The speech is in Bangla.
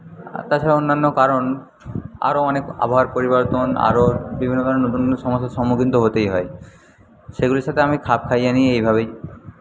আর তাছাড়া অন্যান্য কারণ আরও অনেক আবহাওয়ার পরিবর্তন আরও বিভিন্ন ধরনের নতুন নতুন সমস্যার সম্মুখীন তো হতেই হয় সেগুলির সাথে আমি খাপ খাইয়ে নিই এইভাবেই